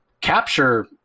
capture